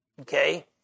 Okay